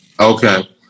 Okay